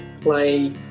play